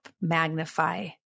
magnify